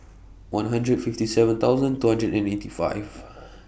one hundred fifty seven thousand two hundred and eighty five